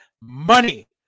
money